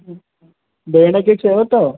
भेण खे चयो अथव